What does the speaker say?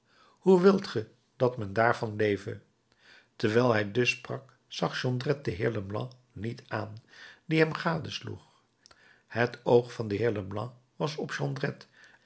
hoe wilt ge dat men daarvan leve terwijl hij dus sprak zag jondrette den heer leblanc niet aan die hem gadesloeg het oog van den heer leblanc was op jondrette